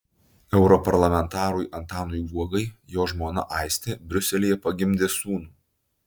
europarlamentarui antanui guogai jo žmona aistė briuselyje pagimdė sūnų